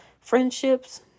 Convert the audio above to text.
Friendships